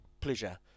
pleasure